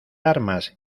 armas